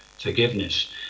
forgiveness